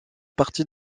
parties